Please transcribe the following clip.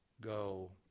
go